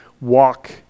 walk